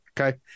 okay